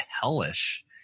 hellish